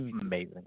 amazing